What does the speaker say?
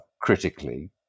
critically